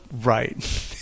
right